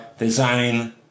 design